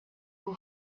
who